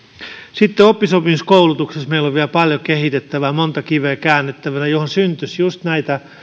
sitten oppisopimuskoulutuksessa meillä on vielä paljon kehitettävää monta kiveä käännettävänä syntyisi just näitä